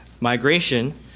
migration